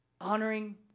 Honoring